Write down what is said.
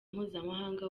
mpuzamahanga